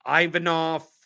Ivanov